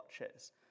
watches